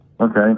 Okay